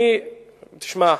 שמע,